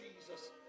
Jesus